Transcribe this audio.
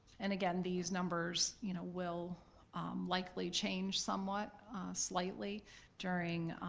and again, these numbers you know will likely change somewhat slightly during,